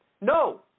No